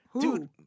dude